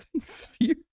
Sphere